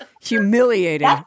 Humiliating